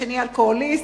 השני אלכוהוליסט,